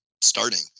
starting